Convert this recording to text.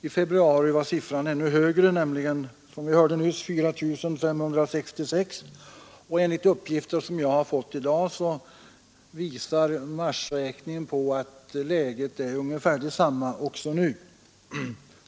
I februari var siffran ännu högre, nämligen — som vi hörde nyss — 4 566, och enligt uppgifter som jag har fått i dag visar marsräkningen på att läget är ungefär detsamma också nu.